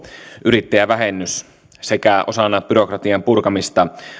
yrittäjävähennys sekä osana byrokratian purkamista